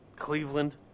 Cleveland